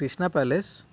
Krishna palace